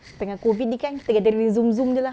tengah COVID ini kan kita gathering Zoom Zoom jer lah